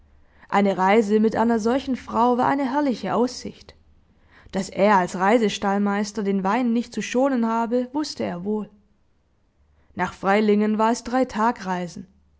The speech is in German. eine reise mit einer solchen frau war eine herrliche aussicht daß er als reisestallmeister den wein nicht zu schonen habe wußte er wohl nach freilingen war es drei tagreisen